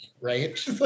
right